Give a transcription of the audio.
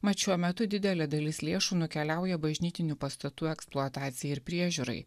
mat šiuo metu didelė dalis lėšų nukeliauja bažnytinių pastatų eksploatacijai ir priežiūrai